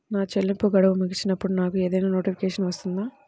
నా చెల్లింపు గడువు ముగిసినప్పుడు నాకు ఏదైనా నోటిఫికేషన్ వస్తుందా?